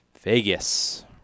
Vegas